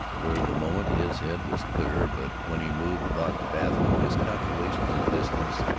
for the moment his head was clearer but when he moved about the bathroom his calculations of distance